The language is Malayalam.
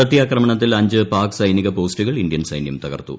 പ്രത്യാക്രമണത്തിൽ അഞ്ച് പാക് സൈനിക പോസ്റ്റുകൾ ഇന്ത്യൻ സൈന്യം തകർത്തു